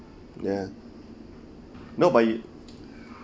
ya no but